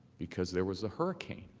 because there was a hurricane